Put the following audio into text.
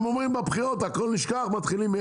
הם אומרים שבבחירות הכול נשכח, ומתחילים מאפס.